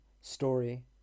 story